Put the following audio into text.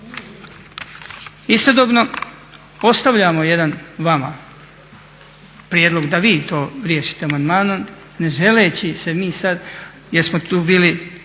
Istodobno, ostavljamo jedan vama prijedlog da vi to riješite amandmanom ne želeći se mi sada, jer smo tu bili